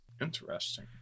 interesting